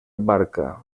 barca